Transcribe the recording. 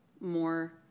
more